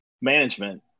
management